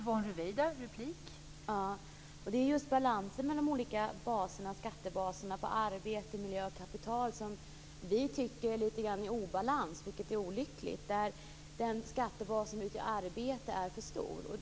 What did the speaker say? Fru talman! Det är just de olika skattebaserna på arbete, miljö och kapital som vi tycker är lite grann i obalans, vilket är olyckligt. Skattebasen som utgör arbete är för stor.